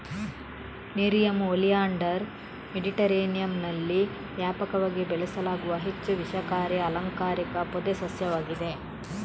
nerium oleander ಮೆಡಿಟರೇನಿಯನ್ನಲ್ಲಿ ವ್ಯಾಪಕವಾಗಿ ಬೆಳೆಸಲಾಗುವ ಹೆಚ್ಚು ವಿಷಕಾರಿ ಅಲಂಕಾರಿಕ ಪೊದೆ ಸಸ್ಯವಾಗಿದೆ